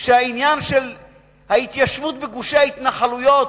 שבעניין של ההתיישבות בגושי ההתנחלויות,